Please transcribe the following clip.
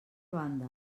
banda